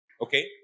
Okay